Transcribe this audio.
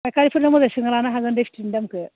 फाइखारिफोरनाव मालाय सोंना लानो हागोन बे फिथोबनि दामखो